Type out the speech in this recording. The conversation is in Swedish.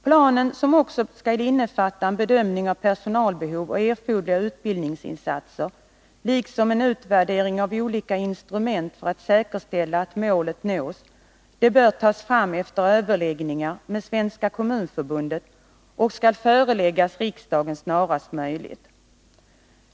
Planen, som också skall innefatta en bedömning av personalbehov och erforderliga utbildningsinsatser, liksom en utvärdering av olika instrument för att säkerställa att målet nås, bör tas fram efter överläggningar med Svenska kommunförbundet och skall föreläggas riksdagen snarast möjligt.